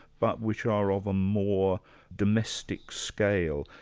but which are are of a more domestic scale,